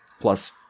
plus